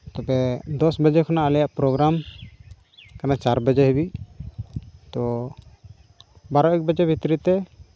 ᱥᱮ ᱫᱚᱥ ᱵᱟᱡᱮ ᱠᱷᱚᱱᱟᱜ ᱟᱞᱮᱭᱟᱜ ᱯᱨᱳᱜᱽᱨᱟᱢ ᱚᱱᱟ ᱪᱟᱨ ᱵᱟᱡᱮ ᱦᱟᱹᱵᱤᱡ ᱛᱳ ᱵᱟᱨᱚ ᱮᱠ ᱵᱟᱡᱮ ᱵᱷᱤᱛᱨᱤ ᱛᱮ